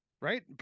right